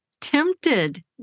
tempted